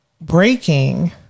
breaking